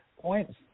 points